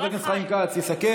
חבר הכנסת חיים כץ יסכם.